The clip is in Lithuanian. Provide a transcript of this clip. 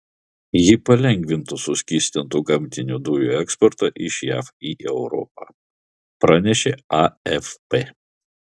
ji palengvintų suskystintų gamtinių dujų eksportą iš jav į europą pranešė afp